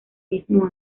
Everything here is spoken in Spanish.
mismo